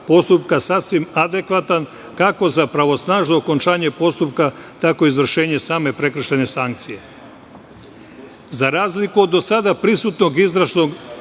postupka, sasvim adekvatan, kako za pravosnažno okončanje postupka, tako i za izvršenje same prekršajne sankcije.Za